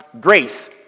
grace